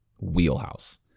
wheelhouse